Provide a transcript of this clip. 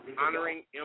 Honoring